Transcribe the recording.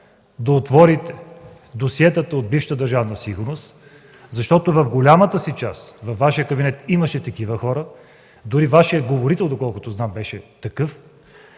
да отворите досиетата на бившата Държавна сигурност, защото в голямата си част във Вашия кабинет бяха такива хора. Дори Вашият говорител, доколкото знам, беше такъв.